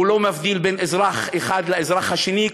הוא לא מבדיל בין אזרח אחד לאזרח השני,